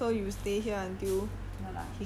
no lah I I going home lah